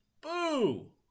boo